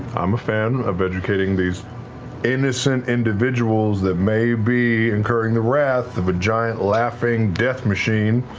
i'm a fan of educating these innocent individuals that may be incurring the wrath of a giant laughing death machine.